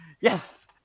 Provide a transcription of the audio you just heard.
Yes